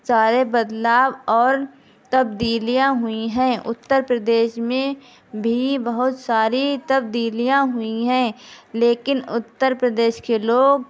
سارے بدلاؤ اور تبدیلیاں ہوئی ہیں اتر پردیش میں بھی بہت ساری تبدیلیاں ہوئی ہیں لیکن اتر پردیش کے لوگ